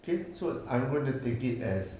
okay so I'm going to take it as